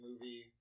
movie